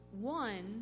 one